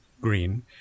Green